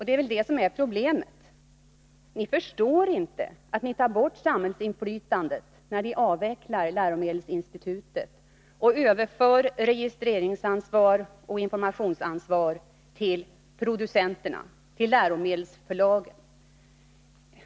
Det är det som är problemet, att ni inte förstår att ni tar bort samhällsinflytandet, när ni avvecklar läromedelsinstitutet och överför registreringsansvaret och informationsansvaret till producenterna, till läromedelsförlagen.